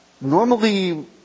normally